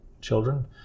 children